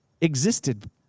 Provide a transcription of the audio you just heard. existed